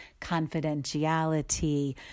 confidentiality